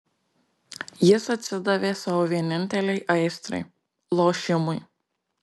jis atsidavė savo vienintelei aistrai lošimui